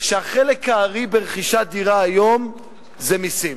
שחלק הארי ברכישת דירה היום זה מסים.